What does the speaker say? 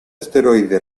asteroide